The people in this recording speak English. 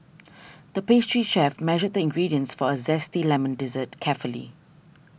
the pastry chef measured the ingredients for a Zesty Lemon Dessert carefully